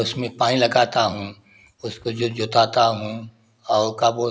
उसमें पानी लगाता हूँ उसको जो जोताता हूँ और का बोल